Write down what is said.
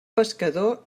pescador